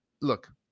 look